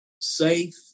safe